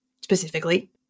specifically